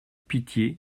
pitié